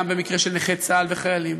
גם במקרה של נכי צה"ל וחיילים,